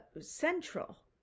central